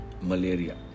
Malaria